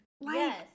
Yes